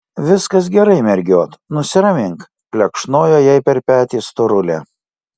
viskas gerai mergiot nusiramink plekšnojo jai per petį storulė